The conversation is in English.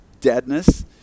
deadness